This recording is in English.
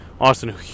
Austin